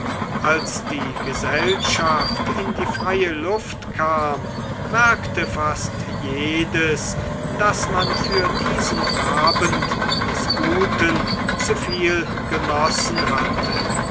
als die gesellschaft in die freie luft kam merkte fast jedes daß man für diesen abend des guten zu viel genossen hatte